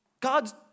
God's